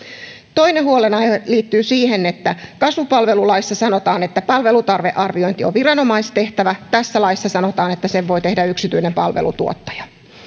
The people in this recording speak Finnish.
toinen huolenaihe liittyy siihen että kasvupalvelulaissa sanotaan että palvelutarvearviointi on viranomaistehtävä tässä laissa sanotaan että sen voi tehdä yksityinen palvelutuottaja